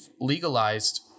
legalized